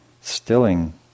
stilling